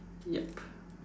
yup